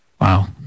Wow